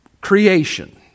creation